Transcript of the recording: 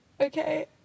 okay